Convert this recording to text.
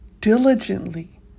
diligently